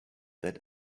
that